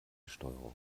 steuerung